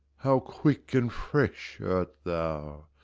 how quick and fresh art thou!